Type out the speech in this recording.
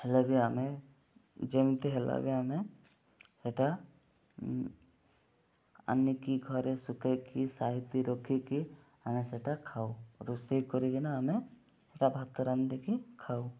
ହେଲେ ବି ଆମେ ଯେମିତି ହେଲା ବି ଆମେ ସେଇଟା ଆଣିକରି ଘରେ ଶୁଖାଇକି ସାାଇତି ରଖିକି ଆମେ ସେଟା ଖାଉ ରୋଷେଇ କରିକିନା ଆମେ ସେଇଟା ଭାତ ରାନ୍ଧିକି ଖାଉ